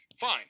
fine